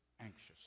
anxious